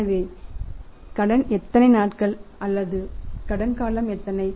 எனவே கடன் எத்தனை நாட்கள் அல்லது கடன் காலம் எத்தனை